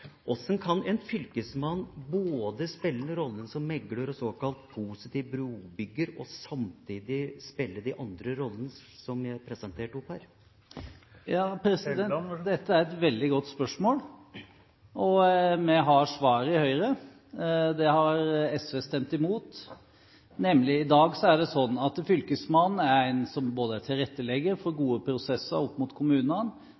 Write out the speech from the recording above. kan en fylkesmann spille rollen som megler og såkalt positiv brobygger og samtidig spille de andre rollene som jeg presenterte her? Dette er et veldig godt spørsmål. Vi har svaret i Høyre. Det har SV stemt imot. I dag er det nemlig slik at Fylkesmannen er både en tilrettelegger for